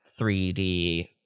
3D